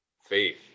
faith